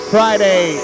Friday